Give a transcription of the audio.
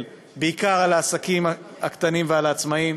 בעיקר על העסקים הקטנים ועל העצמאים.